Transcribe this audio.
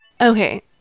Okay